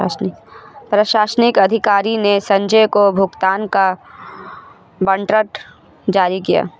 प्रशासनिक अधिकारी ने संजय को भुगतान का वारंट जारी किया